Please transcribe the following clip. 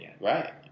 Right